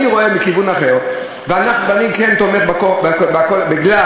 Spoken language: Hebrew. אני רואה מכיוון אחר ואני כן תומך בחוק, בגלל